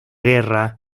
guerra